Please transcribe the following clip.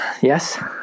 Yes